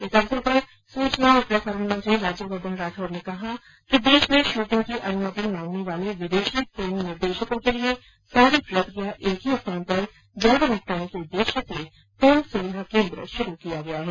इस अवसर पर सूचना और प्रसारण मंत्री राज्यवर्धन राठौड़ ने कहा कि देश में शुटिंग की अनुमति मांगने वाले विदेशी फिल्म निर्देशकों के लिए सारी प्रक्रिया एक ही स्थान पर जल्द निपटाने के उद्देश्य से फिल्म सुविधा केन्द्र शुरू किया गया है